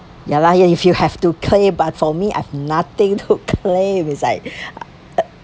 ya lah ya if you have to claim but for me I've nothing to claim it's like ah